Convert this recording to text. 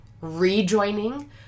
rejoining